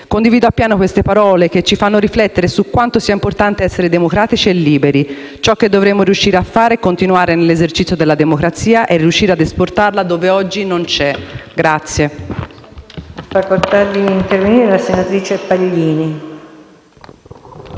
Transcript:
Condivido appieno queste parole, che ci fanno riflettere su quanto sia importante essere democratici e liberi. Ciò che dovremmo riuscire a fare è continuare nell'esercizio della democrazia e riuscire a esportarla dove oggi non c'è.